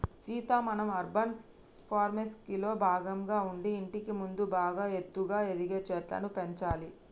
సీత మనం అర్బన్ ఫారెస్ట్రీలో భాగంగా ఉండి ఇంటికి ముందు బాగా ఎత్తుగా ఎదిగే చెట్లను పెంచాలి